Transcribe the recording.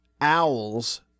owls